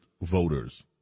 voters